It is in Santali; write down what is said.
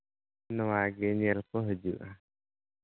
ᱱᱚᱣᱟᱜᱮ ᱧᱮᱞ ᱠᱚ ᱦᱤᱡᱩᱜᱼᱟ